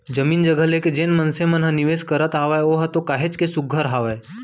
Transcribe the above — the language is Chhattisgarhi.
जमीन जघा लेके जेन मनसे मन ह निवेस करत हावय ओहा तो काहेच सुग्घर हावय